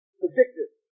predictive